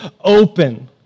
open